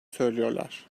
söylüyorlar